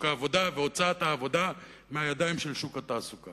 העבודה והוצאת העבודה מהידיים של שוק התעסוקה.